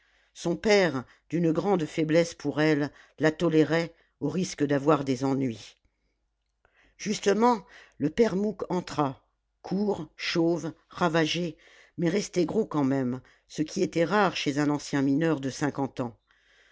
son père d'une grande faiblesse pour elle la tolérait au risque d'avoir des ennuis justement le père mouque entra court chauve ravagé mais resté gros quand même ce qui était rare chez un ancien mineur de cinquante ans